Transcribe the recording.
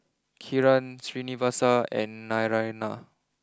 Kiran Srinivasa and Naraina